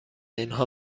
اینها